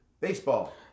Baseball